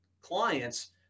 clients